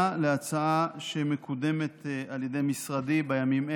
להצעה שמקודמת על ידי משרדי בימים אלה.